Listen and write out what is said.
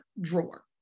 drawer